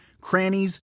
crannies